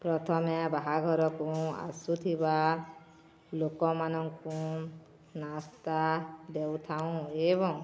ପ୍ରଥମେ ବାହାଘରକୁ ଆସୁଥିବା ଲୋକମାନଙ୍କୁ ନାସ୍ତା ଦେଉଥାଉଁ ଏବଂ